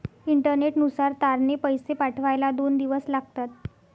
इंटरनेटनुसार तारने पैसे पाठवायला दोन दिवस लागतात